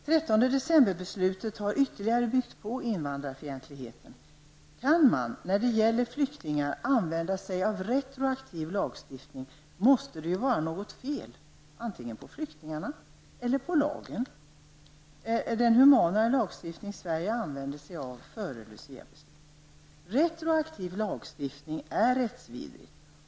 13-december-beslutet har ytterligare byggt på invandrarfientligheten. Kan man när det gäller flyktingar använda sig av retroaktiv lagstiftning måste det vara något fel antingen på flyktingarna eller på den humanare lagstiftning som Sverige använde sig av före luciabeslutet. Retroaktiv lagstiftning är rättsvidrigt.